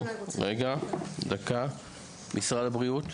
רבה, משרד הבריאות,